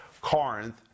Corinth